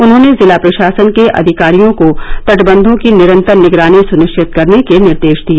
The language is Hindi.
उन्हॉने जिला प्रशासन के अधिकारियों को तटबंधों की निरन्तर निगरानी सुनिश्चित करने के निर्देश दिए